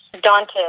daunted